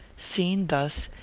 seen thus,